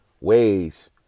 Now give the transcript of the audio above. ways